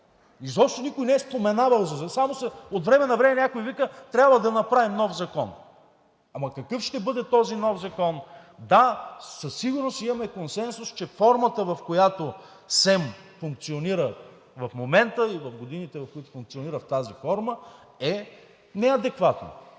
Изобщо никой не е споменавал, само от време на време някой вика: „Трябва да направим нов закон“! Ама какъв ще бъде този нов закон? Да, със сигурност имаме консенсус, че формата, в която СЕМ функционира в момента, и в годините, в които функционира в тази форма, е неадекватна.